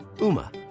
UMA